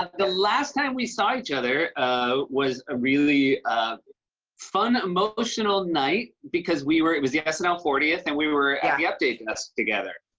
the last time we saw each other ah was a really fun, emotional night because we were it was the snl yeah. and we were at the update desk together.